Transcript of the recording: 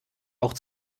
auch